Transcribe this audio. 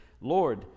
Lord